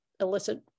illicit